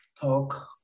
talk